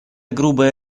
грубая